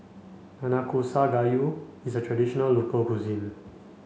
Nanakusa Gayu is a traditional local cuisine